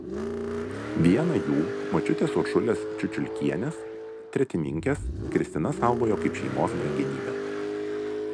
vieną jų močiutės uršulės čiučiulkienės tretininkės kristina saugojo kaip šeimos brangenybę